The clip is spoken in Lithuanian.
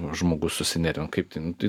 žmogus susinervina kaip tai nu tai